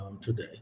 today